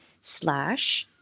slash